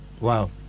Wow